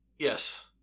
Yes